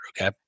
okay